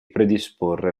predisporre